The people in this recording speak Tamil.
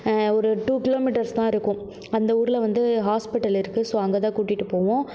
ஒரு டூ கிலோமீட்டர்ஸ் தான் இருக்கும் அந்த ஊரில் வந்து ஹாஸ்பிட்டல் இருக்கு ஸோ அங்கே தான் கூட்டிகிட்டு போவோம்